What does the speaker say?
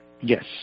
Yes